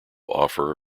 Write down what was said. offer